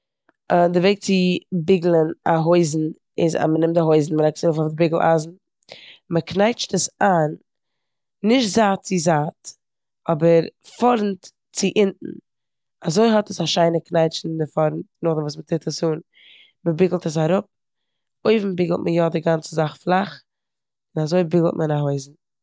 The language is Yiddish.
די וועג צו ביגלען הויזן איז אז מ'נעמט די הויזן, מ'לייגט עס ארויף אויף די ביגעל-אייזן, מ'קנייטשט עס איין נישט זייט צו זייט אבער פארנט צו אונטן, אזוי האט עס א שיינע קנייטש אין די פארנט נאכדעם וואס מ'טוט עס אן און מ'ביגעלט עס אראפ. אויבן ביגעלט מען יא די גאנצע זאך פלאך און אזוי ביגעלט מען א הויזן.